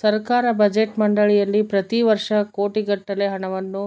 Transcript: ಸರ್ಕಾರ ಬಜೆಟ್ ಮಂಡಳಿಯಲ್ಲಿ ಪ್ರತಿ ವರ್ಷ ಕೋಟಿಗಟ್ಟಲೆ ಹಣವನ್ನು